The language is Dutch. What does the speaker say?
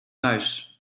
thuis